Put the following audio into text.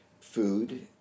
food